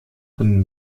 von